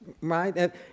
right